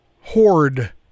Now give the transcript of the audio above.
Horde